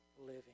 living